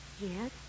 Yes